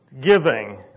giving